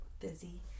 Busy